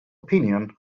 opinion